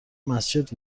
مسجد